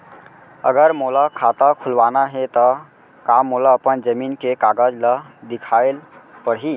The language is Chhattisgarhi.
अगर मोला खाता खुलवाना हे त का मोला अपन जमीन के कागज ला दिखएल पढही?